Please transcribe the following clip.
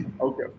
Okay